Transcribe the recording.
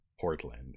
portland